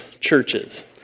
churches